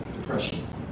depression